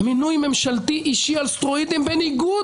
מינוי ממשלתי אישי על סטרואידים בניגוד